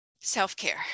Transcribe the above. self-care